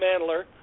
Mandler